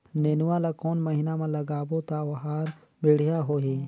नेनुआ ला कोन महीना मा लगाबो ता ओहार बेडिया होही?